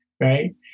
right